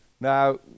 Now